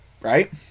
Right